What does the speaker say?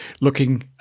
looking